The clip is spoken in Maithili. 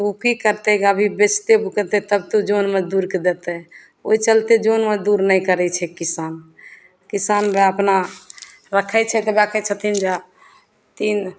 तऽ ओ कि करतै अभी बेचतै बुकेतै तब तऽ जन मजदूरके देतै ओहि चलिते जन मजदूर नहि करै छै किसान किसानले अपना रखै छथि राखै छथिन जे तीन